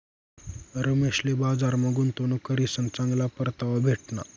रमेशले बजारमा गुंतवणूक करीसन चांगला परतावा भेटना